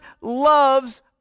loves